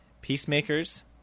peacemakers